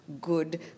good